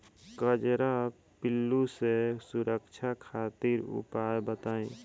कजरा पिल्लू से सुरक्षा खातिर उपाय बताई?